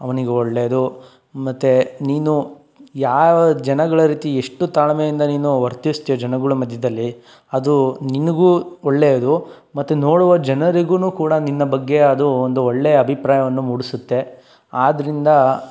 ಅವ್ನಿಗೆ ಒಳ್ಳೆಯದು ಮತ್ತು ನೀನು ಯಾವ ಜನಗಳ ರೀತಿ ಎಷ್ಟು ತಾಳ್ಮೆಯಿಂದ ನೀನು ವರ್ತಿಸ್ತಿಯೋ ಜನಗಳ ಮಧ್ಯದಲ್ಲಿ ಅದು ನಿನಗೂ ಒಳ್ಳೆಯದು ಮತ್ತು ನೋಡುವ ಜನರಿಗೂ ಕೂಡ ನಿನ್ನ ಬಗ್ಗೆ ಅದು ಒಂದು ಒಳ್ಳೆಯ ಅಭಿಪ್ರಾಯವನ್ನು ಮೂಡಿಸುತ್ತೆ ಆದ್ದರಿಂದ